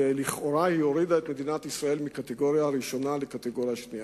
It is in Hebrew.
שלכאורה הורידה את מדינת ישראל מהקטגוריה הראשונה לקטגוריה השנייה.